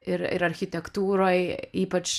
ir ir architektūroj ypač